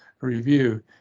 review